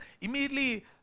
immediately